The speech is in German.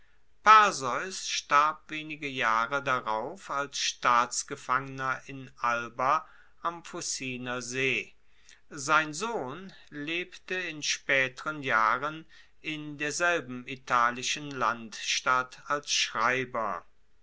perseus starb wenige jahre darauf als staatsgefangener in alba am fuciner see sein sohn lebte in spaeteren jahren in derselben italischen landstadt als schreiber